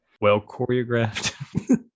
Well-choreographed